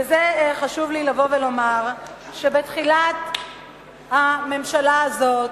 וחשוב לי לבוא ולומר שבתחילת כהונת הממשלה הזאת,